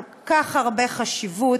כל כך הרבה חשיבות,